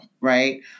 Right